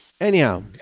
Anyhow